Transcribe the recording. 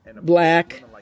black